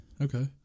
Okay